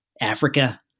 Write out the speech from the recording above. africa